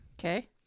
Okay